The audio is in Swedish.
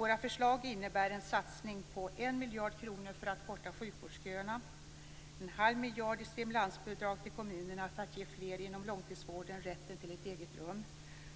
Våra förslag innebär bl.a. en satsning på 1 miljard kronor för att korta sjukvårdsköerna, 0,5 miljarder i stimulansbidrag till kommunerna för att ge fler inom långtidsvården rätten till ett eget rum